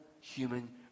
human